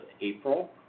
April